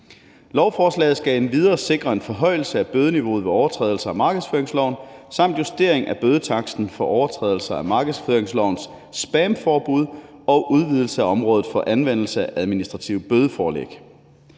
Lovforslaget skal endvidere sikre en forhøjelse af bødeniveauet ved overtrædelser af markedsføringsloven, justering af bødetaksten for overtrædelser af markedsføringslovens spamforbud og udvidelse af området for anvendelse af administrative bødeforelæg.